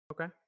Okay